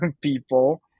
people